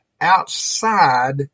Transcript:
outside